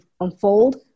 unfold